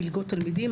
מלגות תלמידים,